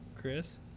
Chris